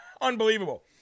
Unbelievable